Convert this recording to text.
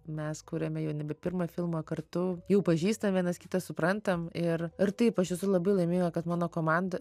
mes kuriame jau nebe pirmą filmą kartu jau pažįstam vienas kitą suprantam ir ir taip aš esu labai laiminga kad mano komanda